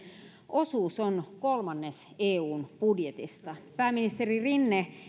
osuus on kolmannes eun budjetista pääministeri rinne